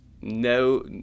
no